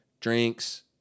drinks